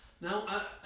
Now